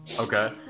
Okay